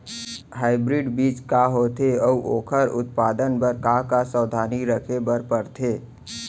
Hybrid बीज का होथे अऊ ओखर उत्पादन बर का का सावधानी रखे बर परथे?